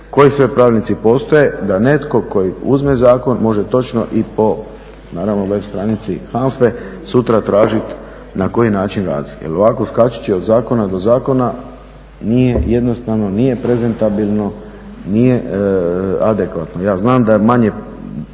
koji sve pravilnici postoje, da netko tko i uzme zakon može točno i po, naravno web stranici HANFA-e sutra tražiti na koji način radi jer ovako skačući od zakona do zakona nije jednostavno, nije prezentabilno, nije adekvatno. Ja znam da je manje,